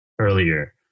earlier